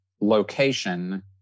location